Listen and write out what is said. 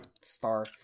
Star